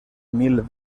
mil